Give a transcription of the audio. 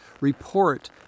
report